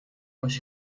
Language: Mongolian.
маш